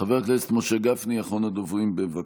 חבר הכנסת משה גפני, אחרון הדוברים, בבקשה.